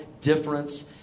difference